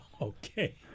Okay